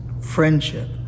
friendship